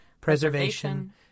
preservation